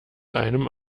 einem